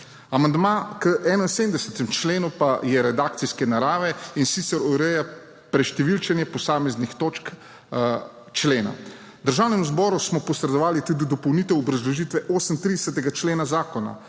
Amandma k 71. členu pa je redakcijske narave, in sicer ureja preštevilčenje posameznih točk člena. Državnemu zboru smo posredovali tudi dopolnitev obrazložitve 38. člena zakona.